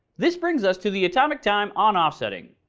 this brings us to the atomic time on off setting.